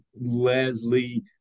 Leslie